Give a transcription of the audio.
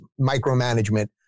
micromanagement